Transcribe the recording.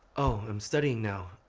oh, i'm studying now.